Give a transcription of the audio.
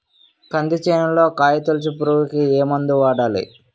కంది చేనులో కాయతోలుచు పురుగుకి ఏ మందు వాడాలి?